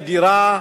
לדירה,